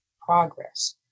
progress